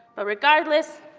but regardless,